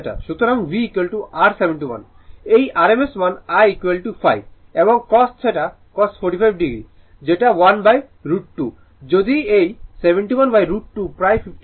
সুতরাং V r 71 এই rms মান I 5 এবং cos θ cos 45o যেটা 1√ 2 যদি এই 71√ 2 প্রায় 50 হয়